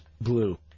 Blue